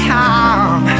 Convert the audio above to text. time